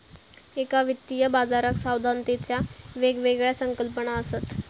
एका वित्तीय बाजाराक सावधानतेच्या वेगवेगळ्या संकल्पना असत